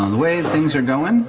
way things are going,